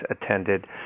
attended